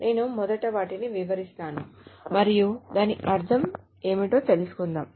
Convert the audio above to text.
నేను మొదట వాటిని వివరిస్తాను మరియు దాని అర్ధం ఏమిటో తెలుసుకుందాం